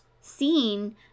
seeing